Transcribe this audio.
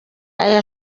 aya